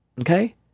Okay